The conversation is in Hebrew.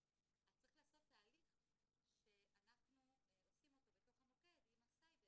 אז צריך לעשות תהליך שאנחנו עושים אותו בתוך המוקד עם הסייבר,